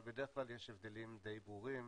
אבל בדרך כלל יש הבדלים די ברורים,